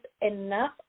enough